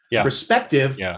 perspective